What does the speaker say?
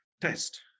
test